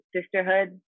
sisterhood